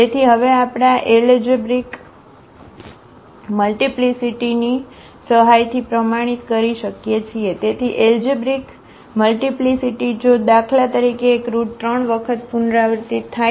તેથી હવે આપણે આ એલજેબ્રિક મલ્ટીપ્લીસીટી સહાયથી પ્રમાણિત કરી શકીએ છીએ તેથી એલજેબ્રિક મલ્ટીપ્લીસીટી જો દાખલા તરીકે એક રુટ 3 વખત પુનરાવર્તિત થાય છે